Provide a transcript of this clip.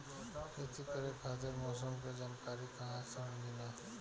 खेती करे खातिर मौसम के जानकारी कहाँसे मिलेला?